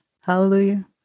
hallelujah